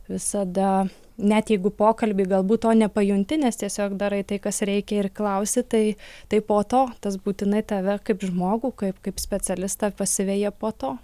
visada net jeigu pokalby galbūt to nepajunti nes tiesiog darai tai kas reikia ir klausi tai tai po to tas būtinai tave kaip žmogų kaip kaip specialistą pasiveja po to